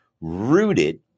rooted